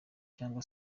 cyangwa